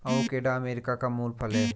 avocado America का मूल फल है